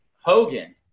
Hogan